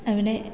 അവിടെ